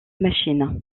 machine